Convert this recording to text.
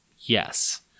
yes